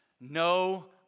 No